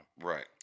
Right